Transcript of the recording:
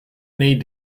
need